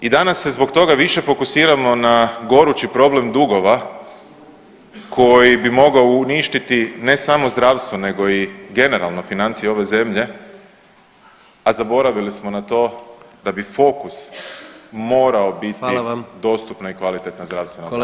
I danas se zbog toga više fokusiramo na gorući problem dugova koji bi mogao uništiti ne samo zdravstvo nego i generalno financije ove zemlje, a zaboravili smo na to da bi fokus morao biti [[Upadica: Hvala vam.]] dostupna i kvalitetna zdravstvena zaštita.